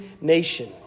nation